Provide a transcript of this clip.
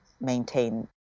maintain